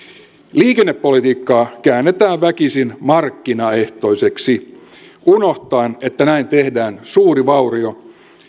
liikennepolitiikkaa käännetään väkisin markkinaehtoiseksi unohtaen että näin tehdään suuri vaurio